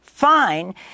fine